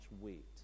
weight